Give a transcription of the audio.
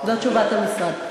זו תשובת המשרד.